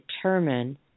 determine